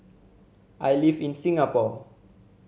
I live in Singapore